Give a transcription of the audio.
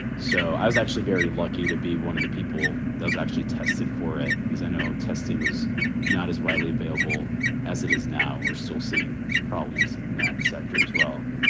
so i was actually very lucky to be one of the people that was actually tested for it, because i know testing was not as widely available as it is now. we're still seeing problems in that sector as well.